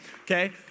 okay